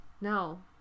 No